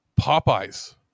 Popeye's